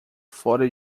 fora